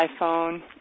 iPhone